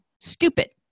stupid